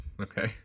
okay